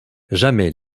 jamais